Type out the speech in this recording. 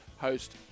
host